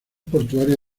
portuaria